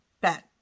Bet